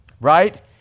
right